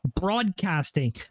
Broadcasting